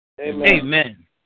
Amen